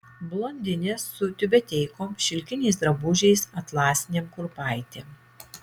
blondinės su tiubeteikom šilkiniais drabužiais atlasinėm kurpaitėm